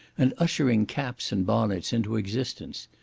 and ushering caps and bonnets into existence.